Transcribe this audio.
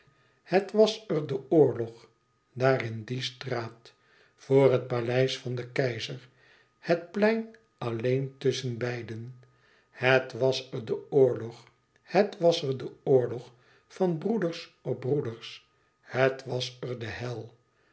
het was er de oorlog daar in die straat vr het paleis van den keizer het plein alleen tusschen beiden het was er de oorlog het was er de oorlog van broeders op broeders het was er de hel